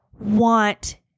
want